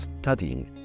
studying